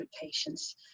patients